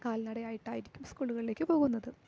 കാൽ നടയായിട്ടായിരിക്കും സ്കൂളുകളിലേക്ക് പോകുന്നത്